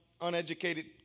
uneducated